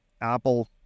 Apple